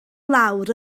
lawr